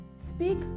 Speak